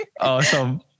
Awesome